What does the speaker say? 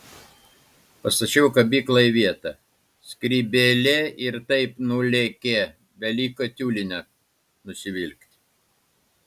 pastačiau kabyklą į vietą skrybėlė ir taip nulėkė beliko tiulinę nusivilkti